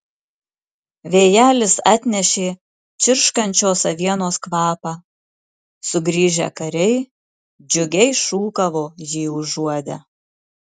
vėjelis atnešė čirškančios avienos kvapą sugrįžę kariai džiugiai šūkavo jį užuodę